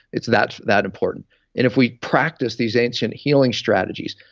it's that that important and if we practiced these ancient healing strategies,